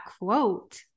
quote